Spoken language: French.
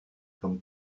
comme